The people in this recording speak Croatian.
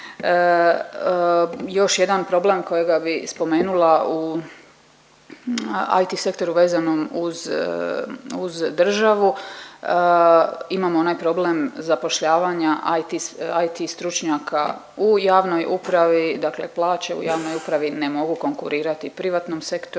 Još jedan problem kojega bi spomenula u IT sektoru vezanom uz, uz državu. Imamo onaj problem zapošljavanja IT stručnjaka u javnoj upravi, dakle plaće u javnoj upravi ne mogu konkurirati privatnom sektoru,